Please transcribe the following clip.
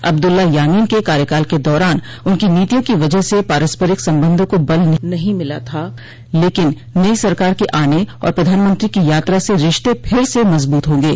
अब्दुल्ला यामीन के कार्यकाल के दौरान उनकी नीतियों की वजह से पारस्परिक संबंधों को बल नहीं मिला था लेकिन नई सरकार के आने और प्रधानमंत्री की यात्रा से रिश्ते फिर से मजबूत होंगे